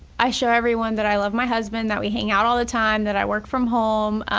i show everyone that i love my husband, that we hang out all the time, that i work from home.